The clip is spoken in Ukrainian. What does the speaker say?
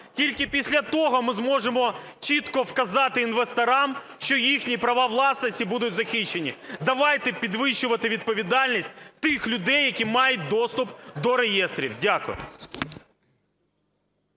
тільки після того ми зможемо чітко вказати інвесторам, що їхні права власності будуть захищені. Давайте підвищувати відповідальність тих людей, які мають доступ до реєстрів. Дякую.